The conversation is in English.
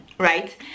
right